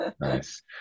nice